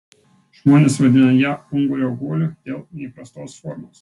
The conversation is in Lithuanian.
žmonės vadina ją ungurio guoliu dėl neįprastos formos